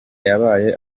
yabaye